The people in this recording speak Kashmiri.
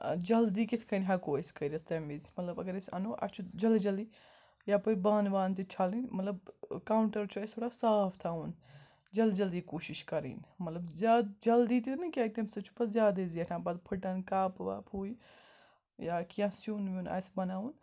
جلدی کِتھ کٔنۍ ہٮ۪کو أسۍ کٔرِتھ تَمہِ وِزِ مطلب اگر أسۍ اَنو اَتھ چھُ جلد جلدی یَپٲرۍ بانہٕ وانہٕ تہِ چھَلٕنۍ مطلب کاوُنٹَر چھُ اَسہِ تھوڑا صاف تھاوُن جلد جلدی کوٗشِش کَرٕنۍ مطلب زیادٕ جلدی تہِ نہٕ کیٚنٛہہ تَمہِ سۭتۍ چھُ پَتہٕ زیادے زیٹھان پَتہٕ پھٕٹن کَپ وَپ ہُہ یہِ یا کیٚنٛہہ سیُن ویُن آسہِ بَناوُن